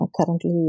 currently